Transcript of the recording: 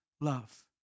love